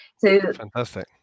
Fantastic